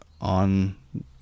on